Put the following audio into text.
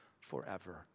forever